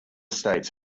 states